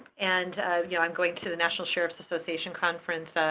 and you know i'm going to the national sheriff's association conference